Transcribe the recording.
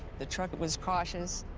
the truck was cautious.